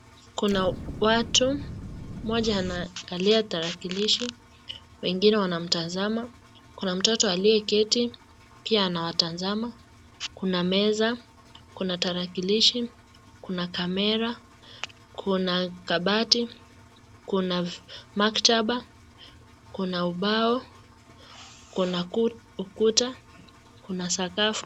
Kuna watu, mmoja anakalia tarakilishi wengine wanamtazama. Kuna mtoto aliyeketi pia anawatazama. Kuna meza, kuna tarakilishi, kuna camera kuna kabati, kuna maktaba, kuna ubao, kuna ukuta, kuna sakafu.